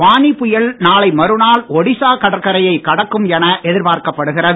ஃபானி புயல் நாளை மறுநாள் ஒடிசா கடற்கரையை கடக்கும் என எதிர்பார்க்கப்படுகிறது